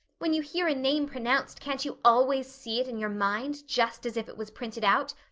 when you hear a name pronounced can't you always see it in your mind, just as if it was printed out?